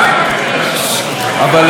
אבל אני אמתין כמה שניות,